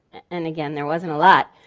and again there wasn't a lot,